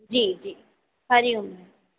जी जी हरि ओम